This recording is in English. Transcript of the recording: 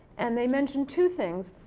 and, they mention two things,